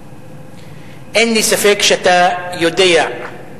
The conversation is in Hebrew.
אין לי ספק שאתה יודע,